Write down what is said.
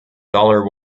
dollar